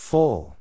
Full